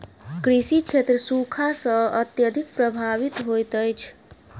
कृषि क्षेत्र सूखा सॅ अत्यधिक प्रभावित होइत अछि